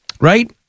Right